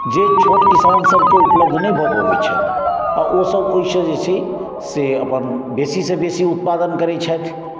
जे छोट किसान सभकेँ उपलब्ध नहि भऽ पबै छनि आ ओ सभ ओहिसँ जे छै से अपन बेसी सँ बेसी उत्पादन करै छथि